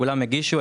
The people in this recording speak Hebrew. כולם הגישו,